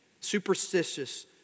superstitious